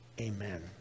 Amen